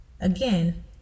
Again